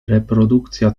reprodukcja